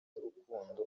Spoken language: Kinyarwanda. urukundo